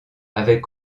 avaient